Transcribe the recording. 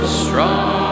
strong